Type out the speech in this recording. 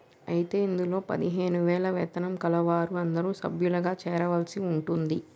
అయితే ఇందులో పదిహేను వేల వేతనం కలవారు అందరూ సభ్యులుగా చేరవలసి ఉంటుంది